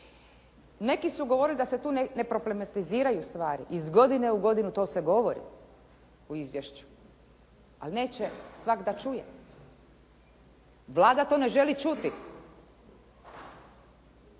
Neki su govorili da se tu ne problematiziraju stvari, iz godine u godinu to se govori u izvješću, ali neće svak da čuje. Vlada to ne želi čuti.